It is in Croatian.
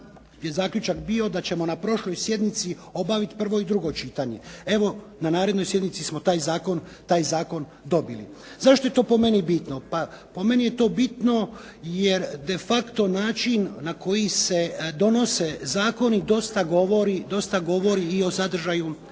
je zaključak bio da ćemo na prošloj sjednici obaviti prvo i drugo čitanje. Evo na narednoj sjednici smo taj zakon dobili. Zašto je to po meni bitno? Pa po meni je to bitno jer de facto način na koji se donose zakoni dosta govori i o sadržaju